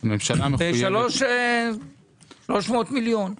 ב-300 מיליון.